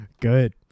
good